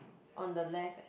on the left eh